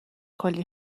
کلی